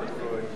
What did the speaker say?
התקבלה.